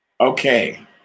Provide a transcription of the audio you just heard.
Okay